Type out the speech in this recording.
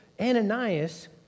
Ananias